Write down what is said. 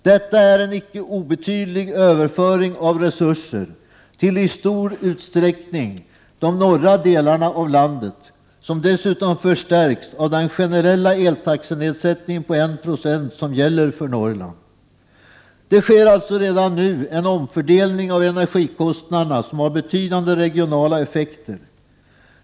Detta är en icke obetydlig överföring av resurser till i stor utsträckning de norra delarna av landet, som dessutom förstärks av den generella eltaxenedsättningen på 1 96, som gäller för Norrland. Det sker alltså redan nu en omfördelning av energikostnaderna, som har betydande regionala effekter.